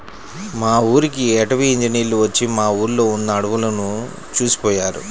మా ఊరికి అటవీ ఇంజినీర్లు వచ్చి మా ఊర్లో ఉన్న అడువులను చూసిపొయ్యారు